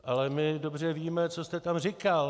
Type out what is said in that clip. Ale my dobře víme, co jste tam říkal.